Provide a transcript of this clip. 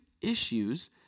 issues